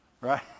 right